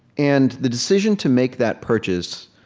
and the decision to make that purchase,